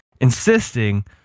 insisting